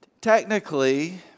Technically